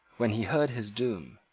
when he heard his doom,